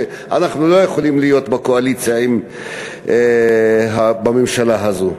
שאנחנו לא יכולים להיות בקואליציה בממשלה הזאת.